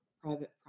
private